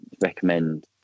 recommend